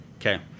Okay